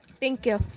thank you.